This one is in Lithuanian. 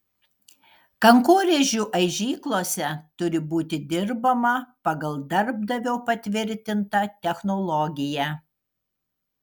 kankorėžių aižyklose turi būti dirbama pagal darbdavio patvirtintą technologiją